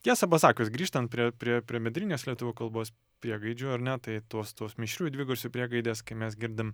tiesą pasakius grįžtant prie prie prie bendrinės lietuvių kalbos priegaidžių ar ne tai tuos tuos mišriųjų dvigarsių priegaidės kai mes girdim